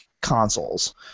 consoles